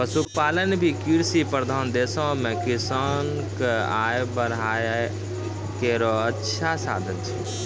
पशुपालन भी कृषि प्रधान देशो म किसान क आय बढ़ाय केरो अच्छा साधन छै